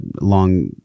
long